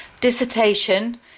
dissertation